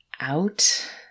out